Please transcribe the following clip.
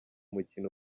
mukino